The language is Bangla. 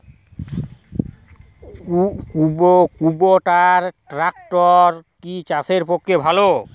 কুবটার ট্রাকটার কি চাষের পক্ষে ভালো?